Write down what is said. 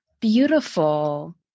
beautiful